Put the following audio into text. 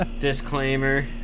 Disclaimer